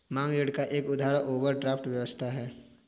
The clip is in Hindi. मांग ऋण का एक उदाहरण ओवरड्राफ्ट व्यवस्था है